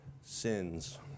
sins